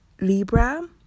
Libra